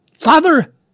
Father